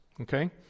Okay